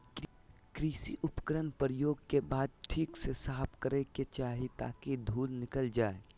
कृषि उपकरण प्रयोग के बाद ठीक से साफ करै के चाही ताकि धुल निकल जाय